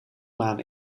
maan